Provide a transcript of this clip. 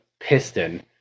piston